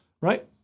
right